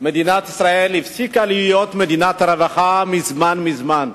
שמדינת ישראל הפסיקה להיות מדינת רווחה מזמן מזמן.